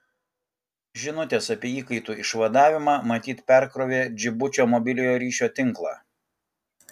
žinutės apie įkaitų išvadavimą matyt perkrovė džibučio mobiliojo ryšio tinklą